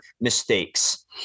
mistakes